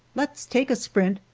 let's take a sprint,